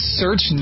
search